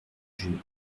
jure